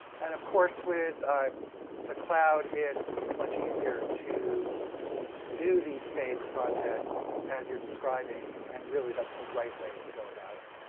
and of course with the cloud it's much easier to do these phase projects as you're describing and really that's the right way to go about it.